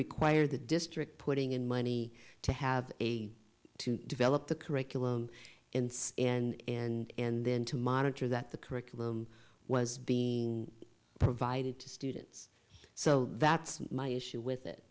require the district putting in money to have to develop the curriculum and and and and then to monitor that the curriculum was be provided to students so that's my issue with it